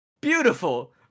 beautiful